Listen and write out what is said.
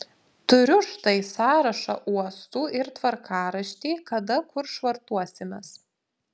turiu štai sąrašą uostų ir tvarkaraštį kada kur švartuosimės